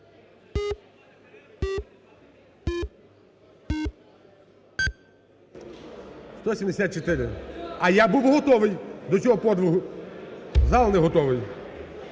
За-174 А я був готовий до цього подвигу, зал не готовий.